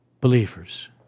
believers